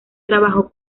trabajó